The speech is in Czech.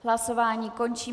Hlasování končím.